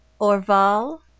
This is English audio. Orval